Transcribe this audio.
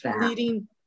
leading